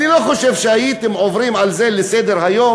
אני לא חושב שהייתם עוברים על זה לסדר-היום